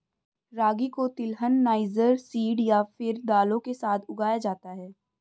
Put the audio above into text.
रागी को तिलहन, niger seed या फिर दालों के साथ उगाया जाता है